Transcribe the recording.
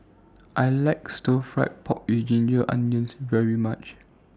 I like Stir Fry Pork with Ginger Onions very much